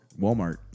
walmart